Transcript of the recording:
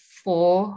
four